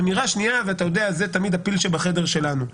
אמירה שנייה וזה תמיד הפיל שבחדר שלנו: